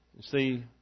see